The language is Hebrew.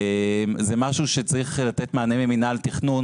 זה משהו שצריך לקבל מענה דרך מנהל תכנון,